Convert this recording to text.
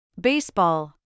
Baseball